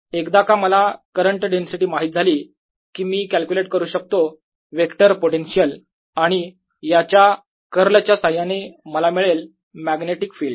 एकदा का मला करंट डेन्सिटी माहित झाली की मी कॅल्क्युलेट करू शकतो वेक्टर पोटेन्शियल आणि याच्या कर्लच्या साह्याने मला मिळेल मॅग्नेटिक फिल्ड